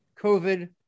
COVID